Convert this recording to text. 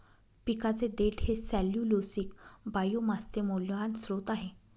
पिकाचे देठ हे सेल्यूलोसिक बायोमासचे मौल्यवान स्त्रोत आहे